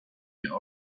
near